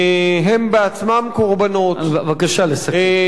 הם בעצמם קורבנות, בבקשה לסיים.